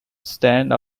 stands